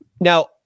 Now